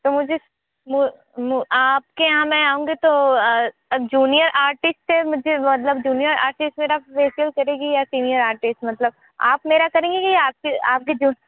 तो मुझे आपके यहाँ मैं आऊँगी तो जूनियर आर्टिस्ट से मुझे मतलब जूनियर आर्टिस्ट मेरा फेसिअल करेगी या सीनियर आर्टिस्ट मतलब आप मेरा करेंगी कि आपकी आपकी जो